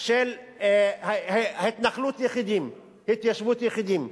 של התנחלות יחידים, התיישבות יחידים?